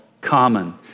common